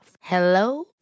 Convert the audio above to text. Hello